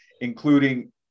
including